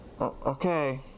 Okay